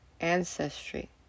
ancestry